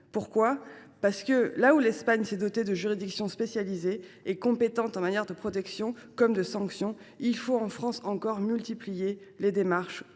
aisément : alors que l’Espagne s’est dotée de juridictions spécialisées et compétentes en matière de protection comme de sanctions, il faut en France multiplier les démarches